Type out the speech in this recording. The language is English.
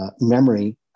memory